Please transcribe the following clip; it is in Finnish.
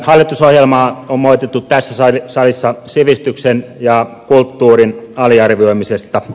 hallitusohjelmaa on moitittu tässä salissa sivistyksen ja kulttuurin aliarvioimisesta